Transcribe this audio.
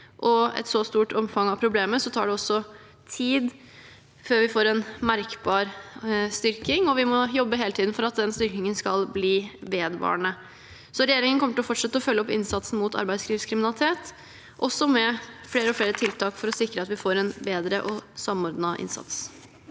et så stort omfang av problemet tar det også tid før vi får en merkbar styrking. Vi må jobbe hele tiden for at den styrkingen skal bli vedvarende. Regjeringen kommer til å fortsette å følge opp innsatsen mot arbeidslivskriminalitet – også med flere og flere tiltak for å sikre at vi får en bedre og samordnet innsats.